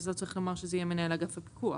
אז לא צריך לומר שזה יהיה מנהל אגף הפיקוח.